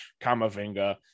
Kamavinga